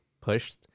pushed